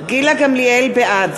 גמליאל, בעד